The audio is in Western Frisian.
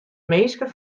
minsken